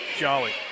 Jolly